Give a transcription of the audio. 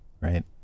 Right